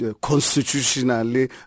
constitutionally